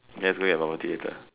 let's go get bubble tea later